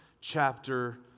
chapter